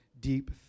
deep